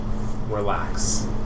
relax